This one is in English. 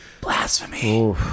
Blasphemy